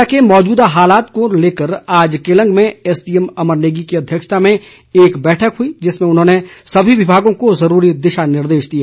जिले के मौजूदा हालात को लेकर आज केलंग में एसडीएम अमर नेगी की अध्यक्षता में एक बैठक हुई जिसमें उन्होंने सभी विभागों को जरूरी दिशा निर्देश दिए